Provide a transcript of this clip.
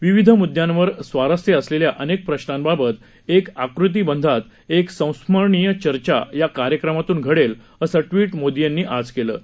विविध म्द्यांवर स्वारस्य असलेल्या अनेक प्रश्नांबाबत एक आकृतीबंधात एक संस्मरणीय चर्चा या कार्यक्रमातून घडेल असं ट्विट मोदी यांनी आज केलं आहे